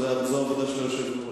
זו העבודה של היושב-ראש.